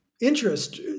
Interest